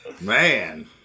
man